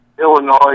Illinois